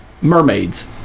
Mermaids